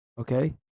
okay